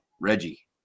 Reggie